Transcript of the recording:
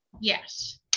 Yes